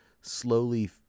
slowly